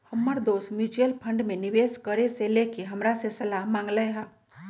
हमर दोस mutual fund में निवेश करे से लेके हमरा से सलाह मांगलय ह